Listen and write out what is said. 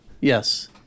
Yes